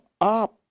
up